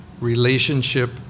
relationship